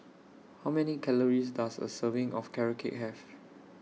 How Many Calories Does A Serving of Carrot Cake Have